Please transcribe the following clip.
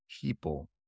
people